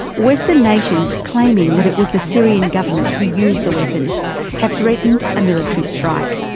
western nations claiming that it was the syrian government who used the weapons have threatened a military strike.